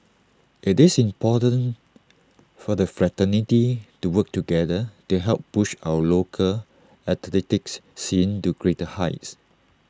IT is important for the fraternity to work together to help push our local athletics scene to greater heights